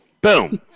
Boom